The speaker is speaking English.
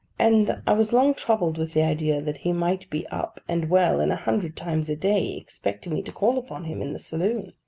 and i was long troubled with the idea that he might be up, and well, and a hundred times a day expecting me to call upon him in the saloon.